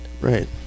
Right